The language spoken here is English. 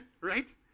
right